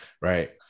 right